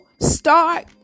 Start